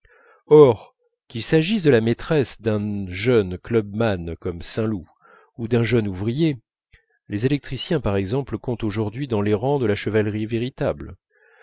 or qu'il s'agisse de la maîtresse d'un jeune clubman comme saint loup ou d'un jeune ouvrier les électriciens par exemple comptent aujourd'hui dans les rangs de la chevalerie véritable